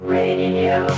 Radio